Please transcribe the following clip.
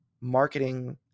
marketing